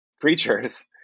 creatures